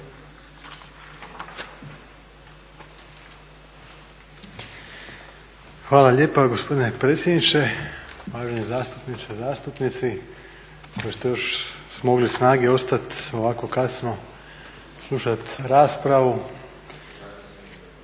Hvala lijepa gospodine predsjedniče. Uvaženi zastupnice i zastupnici. Pošto još smogli snage ostat ovako kasno, slušat raspravu,